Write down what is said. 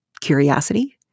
curiosity